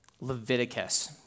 Leviticus